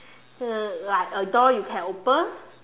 uh like a door you can open